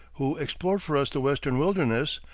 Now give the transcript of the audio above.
who explored for us the western wilderness,